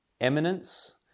eminence